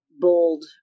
bold